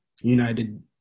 United